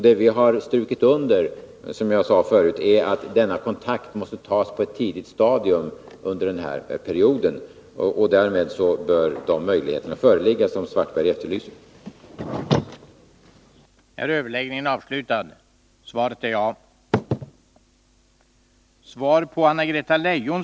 Det vi har strukit under är, som jag sade förut, att denna kontakt måste tas på ett tidigt stadium under den här perioden. Därmed bör de möjligheter som Karl-Erik Svartberg efterlyser föreligga.